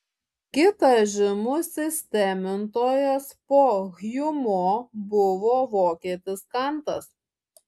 kitas žymus sistemintojas po hjumo buvo vokietis kantas